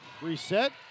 reset